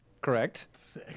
Correct